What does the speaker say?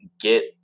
get